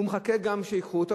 הוא גם מחכה שייקחו אותו,